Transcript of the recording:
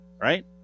right